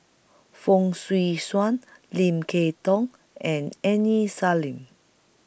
Fong Swee Suan Lim Kay Tong and Aini Salim